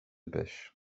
pêches